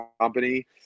company